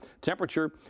Temperature